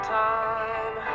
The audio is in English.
time